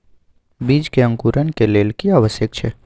बीज के अंकुरण के लेल की आवश्यक छै?